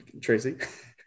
tracy